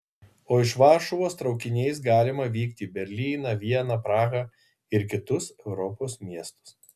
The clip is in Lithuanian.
o iš varšuvos traukiniais galima vykti į berlyną vieną prahą ir kitus europos miestus